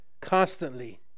constantly